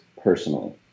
personally